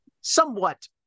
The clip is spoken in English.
somewhat